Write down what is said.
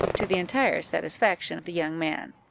to the entire satisfaction of the young man.